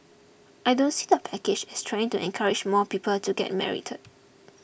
I don't see the package as trying to encourage more people to get married